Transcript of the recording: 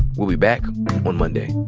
we'll be back on monday